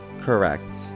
Correct